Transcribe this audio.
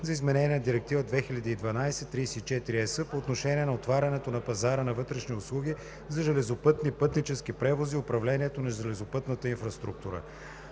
за изменение на Директива 2012/34/ЕС по отношение на отварянето на пазара на вътрешни услуги за железопътни пътнически превози и управлението на железопътната инфраструктура.